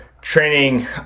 training